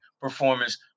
performance